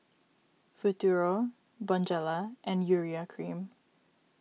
Futuro Bonjela and Urea Cream